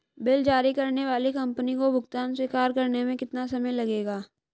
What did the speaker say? Bill जारी करने वाली कंपनी को भुगतान स्वीकार करने में कितना समय लगेगा?